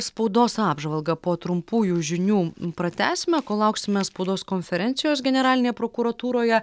spaudos apžvalgą po trumpųjų žinių pratęsime kol lauksime spaudos konferencijos generalinėje prokuratūroje